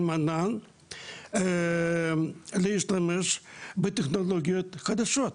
על מנת להשתמש בטכנולוגיות חדשות.